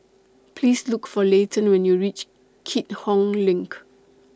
Please Look For Layton when YOU REACH Keat Hong LINK